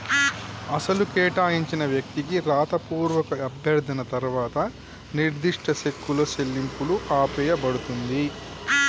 అసలు కేటాయించిన వ్యక్తికి రాతపూర్వక అభ్యర్థన తర్వాత నిర్దిష్ట సెక్కులు చెల్లింపులు ఆపేయబడుతుంది